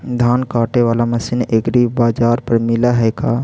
धान काटे बाला मशीन एग्रीबाजार पर मिल है का?